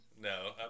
No